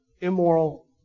immoral